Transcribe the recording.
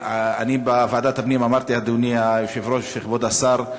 בוועדת הפנים אמרתי, אדוני היושב-ראש וכבוד השר,